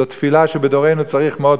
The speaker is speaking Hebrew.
זאת תפילה שבדורנו צריך אותה מאוד.